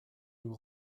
nous